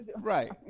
Right